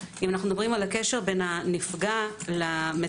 אנו מדברים על הקשר בין הנפגע למטופל,